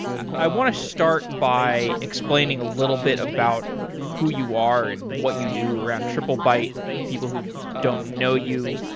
i want to start by explaining a little bit about who you are and what you do around triplebyte, people who don't know you.